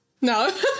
No